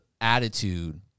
attitude